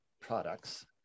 products